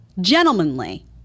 Gentlemanly